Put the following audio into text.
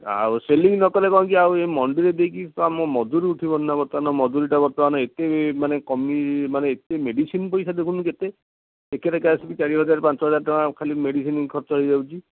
ଆଉ ସେଲିଙ୍ଗ୍ ନ କଲେ କ'ଣ କି ଆଉ ଏ ମଣ୍ଡିରେ ଦେଇକି ଶଳା ମୋ ମଜୁରୀ ଉଠିବନି ନା ବର୍ତ୍ତମାନ ମଜୁରୀଟା ବର୍ତ୍ତମାନ ଏତେ ମାନେ କମି ମାନେ ଏତେ ମେଡ଼ିସିନ୍ ପଇସା ଦେଖୁନୁ କେତେ ଟିକିଏ ନେଖା ଆସିକି ଖାଲି ଚାରି ହଜାର ପାଞ୍ଚ ହଜାର ଟଙ୍କା ଖାଲି ମେଡ଼ିସିନ୍ ଖର୍ଚ୍ଚ ହୋଇଯାଉଛି